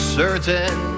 certain